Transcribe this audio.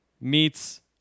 meets